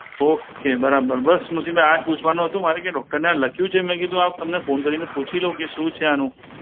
okay બરાબર બસ મોહસીનભાઈ આ જ પૂછવાનું હતું મારે કે ડૉકટરે આ લખ્યું છે મેં કીધું આ તમને ફોન કરીને પૂછી લઉં કે શું છે આનું